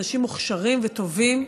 אנשים מוכשרים וטובים,